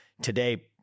Today